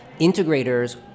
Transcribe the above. integrators